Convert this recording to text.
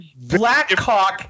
Blackhawk